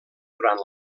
durant